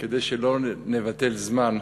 כדי שלא נבטל זמן,